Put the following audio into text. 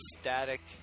static